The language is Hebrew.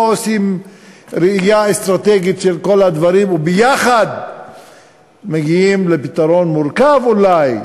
לא עושים ראייה אסטרטגית של כל הדברים ויחד מגיעים לפתרון מורכב אולי,